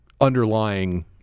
underlying